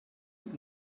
mit